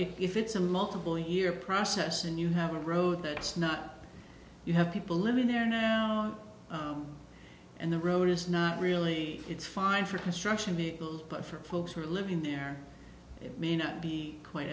if it's a multiple year process and you have a road that's not you have people living there now and the road is not really it's fine for construction vehicles but for folks who are living there it may not be quite